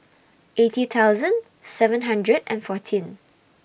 eighty thousand seven hundred and fourteen